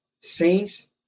saints